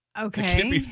Okay